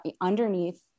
underneath